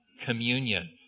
communion